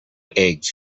eggs